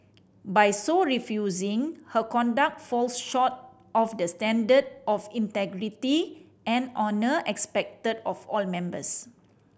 by so refusing her conduct falls short of the standard of integrity and honour expected of all members